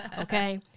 Okay